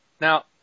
Now